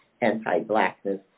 anti-blackness